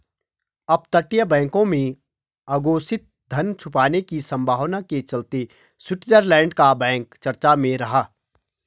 अपतटीय बैंकों में अघोषित धन छुपाने की संभावना के चलते स्विट्जरलैंड का बैंक चर्चा में रहा